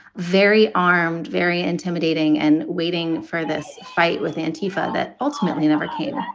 very armed, very intimidating and waiting for this fight with an tifa that ultimately never came. ah